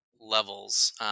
levels